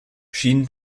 schien